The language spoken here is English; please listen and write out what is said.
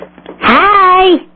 Hi